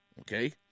okay